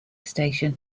station